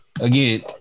again